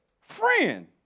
friend